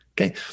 Okay